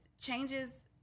changes